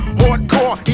hardcore